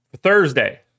Thursday